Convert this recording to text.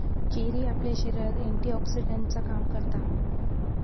cherry आपल्या शरीरात एंटीऑक्सीडेंटचा काम करता